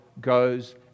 goes